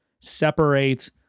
separate